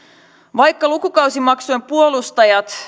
vaikka lukukausimaksujen puolustajat